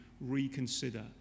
reconsider